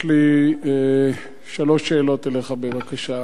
יש לי שלוש שאלות אליך, בבקשה.